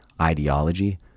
ideology